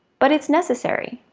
but, it's necessary.